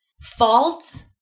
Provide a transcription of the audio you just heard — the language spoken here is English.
Fault